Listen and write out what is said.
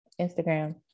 instagram